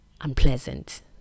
unpleasant